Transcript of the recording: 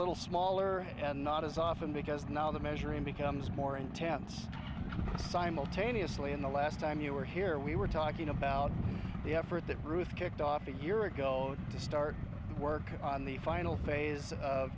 little smaller and not as often because now the measuring becomes more intense simultaneously in the last time you were here we were talking about the effort that ruth kicked off a year ago to start work on the final phase of